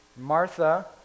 Martha